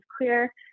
clear